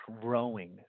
growing